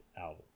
album